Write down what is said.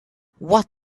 what